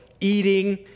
eating